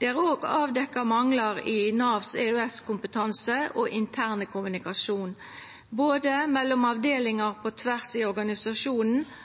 Det er òg avdekt manglar i Navs EØS-kompetanse og interne kommunikasjon, både mellom avdelingar på tvers i organisasjonen